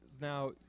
Now